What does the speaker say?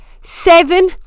seven